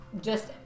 Just-